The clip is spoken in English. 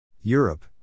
Europe